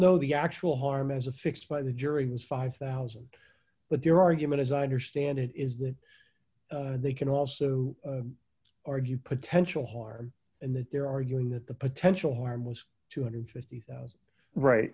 know the actual harm as a fixed by the jury was five thousand but their argument as i understand it is that they can also argue potential harm in that they're arguing that the potential harm was two hundred and fifty thousand right